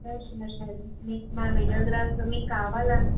నచ్చినాక మీకు మా వీడియోగ్రాఫర్ మీకు కావాలా